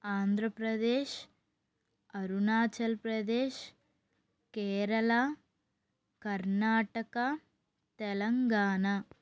Andhra Pradesh Arunachal Pradesh Kerala Karnataka Telangana